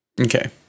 Okay